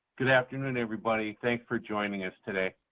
good afternoon everybody. thanks for joining us today.